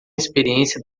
experiência